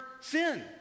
sin